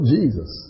Jesus